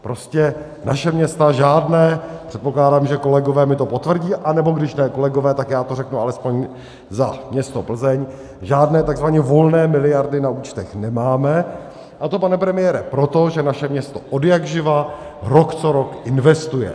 Prostě naše města žádné předpokládám, že kolegové mi to potvrdí, anebo když ne kolegové, tak to řeknu alespoň za město Plzeň my žádné takzvaně volné miliardy na účtech nemáme, a to, pane premiére, proto, že naše město odjakživa rok co rok investuje.